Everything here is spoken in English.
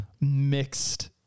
mixed